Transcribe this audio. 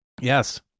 Yes